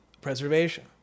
preservation